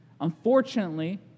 Unfortunately